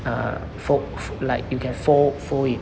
ah fold like you can fold fold it